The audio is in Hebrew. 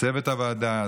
לצוות הוועדה,